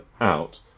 out